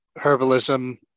herbalism